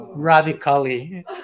Radically